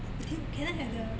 oh dude can I have the